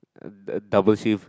uh double shift